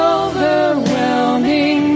overwhelming